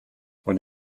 und